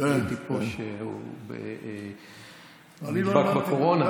ראיתי פה כשהוא נדבק בקורונה.